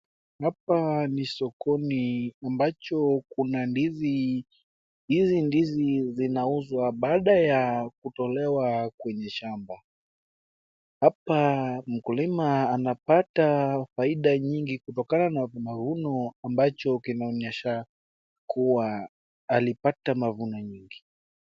Hapa ni sokoni ambacho kuna ndizi hizi ndizi zinauzwa baada ya kutolewa kwenye shamba, hapa mkulima anapata faida nyingi kutokana na mavuno ambacho kinaonyesha kuwa alipata mavuno nyingi.